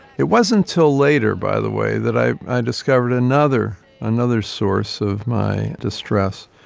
it wasn't until later, by the way, that i i discovered another another source of my distress,